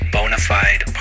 Bonafide